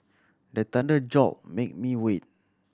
the thunder jolt make me wake